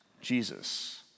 Jesus